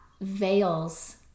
veils